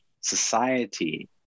society